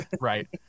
Right